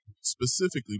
specifically